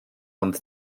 ond